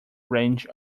range